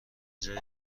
جای